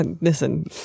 listen